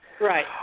Right